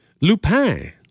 Lupin